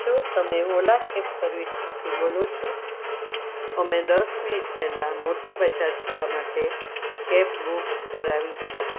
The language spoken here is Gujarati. શું તમે ઓલા કેબ સર્વિસમાંથી બોલો છો અમે દસ મિનિટ પહેલાં મોટા બજાર જવા માટે કેબ બુક કરાવી છે